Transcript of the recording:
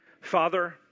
Father